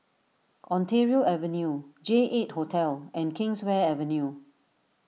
Ontario Avenue J eight Hotel and Kingswear Avenue